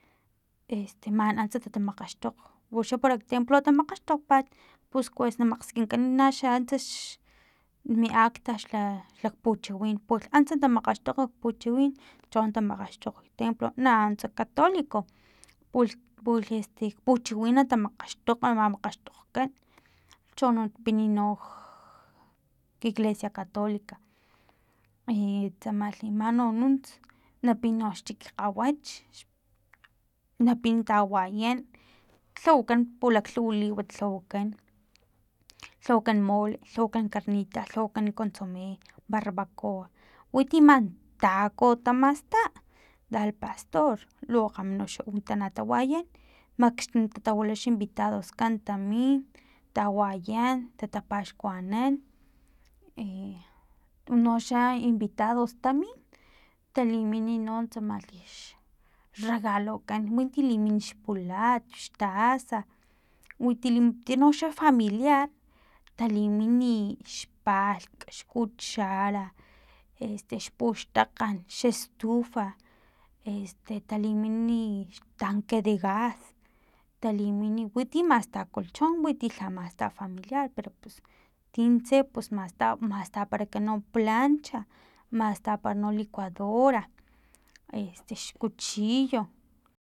Este man antsa tatamakgaxtokg uxa parak templo ta tamakgaxtokgpat pus kues na makgskinkan naxa antsa mi acta xla xla puchiwin pulh antsa tamakgaxtokg kpuchiwin chon tamakgaxtokg ktemplo na nuntsa catolico pulh pulh este puchiwin natamakgaxtokg mamakgaxtokgkan chono na pini noj iglesia catolica i tsamalhi no nunts na pin nox chik kgawach napin tawayan lhawakan pulaklhuwa liwat lhawakan lhawakan mole lhaeana karnita lhawakan consome barbacoa winti man taco tamasta de al pastoy lo kgama noxa u taan tawayan makxtim tatawila invitadoskan tamin tawayan tatapaxkuanan e unoxa invitados tamin talimini no tsamalhi xregalokan winti limini xpulat xtaza winti noxa familiar talimini i xpalhk xcuchara este xpuxtakgan xestufa este talimini tanque de gas talimini winti masta colchon winti lha masta familiar pero pus tintse pus masta mastaparakan no plancha mastapa no licuadora este xcuchillo